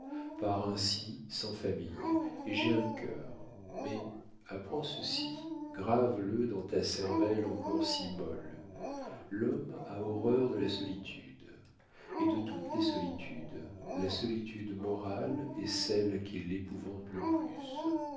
par ainsi sans famille et j'ai un cœur mais apprends ceci grave le dans ta cervelle encore si molle l'homme a horreur de la solitude et de toutes les solitudes la solitude morale est celle qui l'épouvante le plus